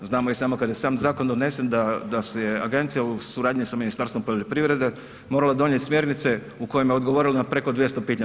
Znamo i sami kada je i sam zakon donesen da se je agencija u suradnji sa Ministarstvom poljoprivrede morala donijeti smjernice u kojima je odgovorila na preko 200 pitanja.